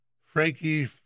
Frankie